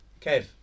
Kev